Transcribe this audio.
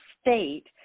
state